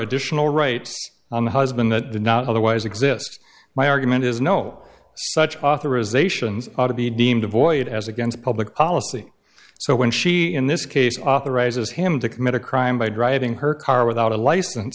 additional rights on the husband that not otherwise exist my argument is no such authorisations ought to be deemed void as against public policy so when she in this case authorizes him to commit a crime by driving her car without a license